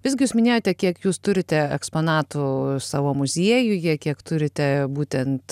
visgi jūs minėjote kiek jūs turite eksponatų savo muziejuje kiek turite būtent